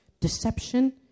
deception